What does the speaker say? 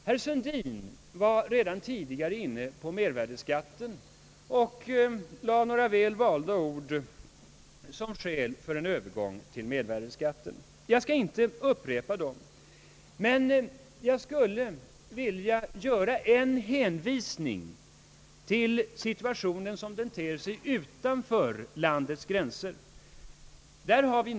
Herr Sundin var redan tidigare inne på mervärdeskatten och lade några väl valda ord för en övergång till mervärdeskatt. Jag skall inte upprepa dem. Däremot skulle jag vilja göra en hänvisning till situationen som den ter sig utanför landets gränser.